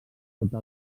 sota